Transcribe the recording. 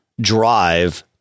drive